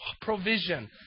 provision